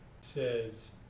says